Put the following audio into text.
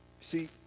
See